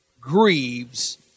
grieves